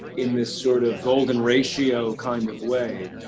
in this sort of golden ratio kind of way,